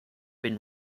been